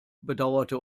bedauerte